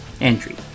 entry